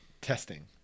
testing